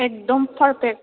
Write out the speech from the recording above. एगदम पारफेक्ट